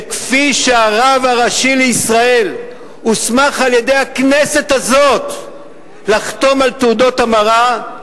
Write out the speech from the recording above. שכפי שהרב הראשי לישראל הוסמך על-ידי הכנסת הזאת לחתום על תעודות המרה,